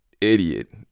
idiot